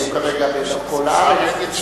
שהוא כרגע בדרכו לארץ,